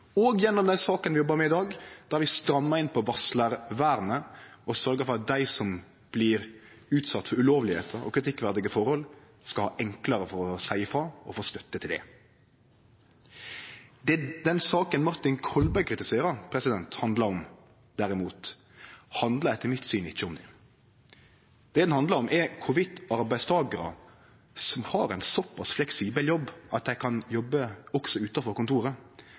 og gjennom den saka vi jobbar med i dag, der vi strammar inn når det gjeld varslarvernet og sørgjer for at det blir enklare for dei som blir utsette for ulovlegheiter og kritikkverdige forhold, å seie ifrå og få støtte til det. Den saka Martin Kolberg kritiserer, derimot, handlar etter mitt syn ikkje om det. Den handlar om arbeidstakarar som har ein så pass fleksibel jobb at dei kan jobbe også utanfor kontoret,